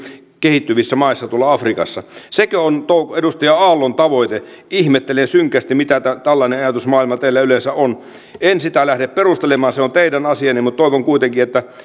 kehittyvissä maissa tuolla afrikassa sekö on edustaja aallon tavoite ihmettelen synkästi miten teillä tällainen ajatusmaailma yleensä on en sitä lähde perustelemaan se on teidän asianne mutta toivon kuitenkin että